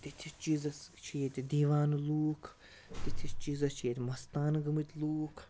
تِتھِس چیٖزَس چھِ ییٚتہِ دیٖوانہٕ لوٗکھ تِتھِس چیٖزَس چھِ ییٚتہِ مَستان گٔمٕتۍ لوٗکھ